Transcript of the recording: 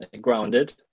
grounded